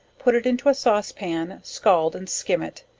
put it into a sauce pan, scald and skim it,